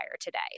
today